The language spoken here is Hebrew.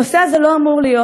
הנושא הזה לא אמור להיות,